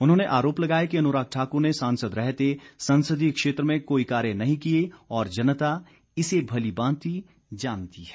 उन्होंने आरोप लगाया कि अनुराग ठाकुर ने सांसद रहते संसदीय क्षेत्र में कोई कार्य नहीं किए और जनता इसे भली भांति जानती है